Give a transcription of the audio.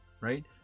right